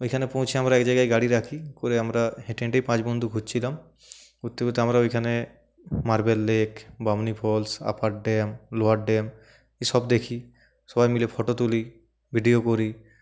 ওইখানে পৌঁছে আমরা এক জায়গায় গাড়ি রাখি করে আমরা হেঁটে হেঁটেই পাঁচ বন্ধু ঘুরছিলাম ঘুরতে ঘুরতে আমরা ওইখানে marble lake Bamni falls upper dam lower dam এইসব দেখি সবাই মিলে ফটো তুলি ভিডিও করি